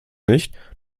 nicht